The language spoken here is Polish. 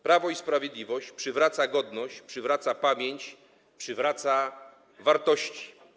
Prawo i Sprawiedliwość przywraca godność, przywraca pamięć, przywraca wartości.